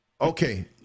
okay